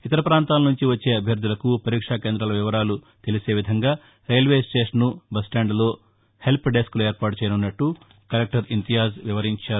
ఇతర పాంతాల నుంచి వచ్చే అభ్యర్ణులకు పరీక్షా కేంద్రాల వివరాలు తెలిసేలా రైల్వే స్టేషన్ బస్స్టాండ్లలో హెల్ప్ డెస్క్లు ఏర్పాటు చేయనున్నట్ల కలెక్టర్ ఇంతియాజ్ వివరించారు